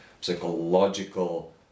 psychological